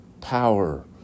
power